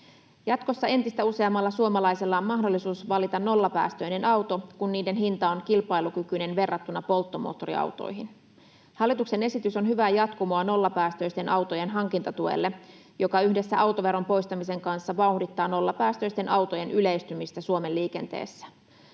Jatkossa entistä useammalla suomalaisella on mahdollisuus valita nollapäästöinen auto, kun niiden hinta on kilpailukykyinen verrattuna polttomoottoriautoihin. Hallituksen esitys on hyvää jatkumoa nollapäästöisten autojen hankintatuelle, joka yhdessä autoveron poistamisen kanssa vauhdittaa nollapäästöisten autojen yleistymistä Suomen liikenteessä.